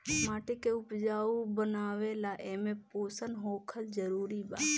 माटी के उपजाऊ बनावे ला एमे पोषण होखल जरूरी बा